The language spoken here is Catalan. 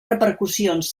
repercussions